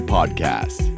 Podcast